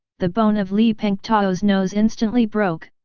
the bone of li pengtao's nose instantly broke,